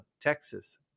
Texas